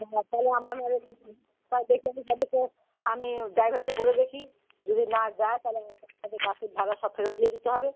না তাহলে আমার ওই তা দেখে নিই ভালো করে আমি ড্রাইভারকে বলে দেখি যদি না যায় তাহলে তাহলে বাসের ভাড়া সব ফেরত দিয়ে দিতে হবে